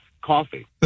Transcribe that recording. coffee